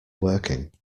working